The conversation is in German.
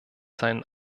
seinen